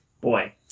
Boy